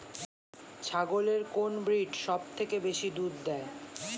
ছাগলের কোন ব্রিড সবথেকে বেশি দুধ দেয়?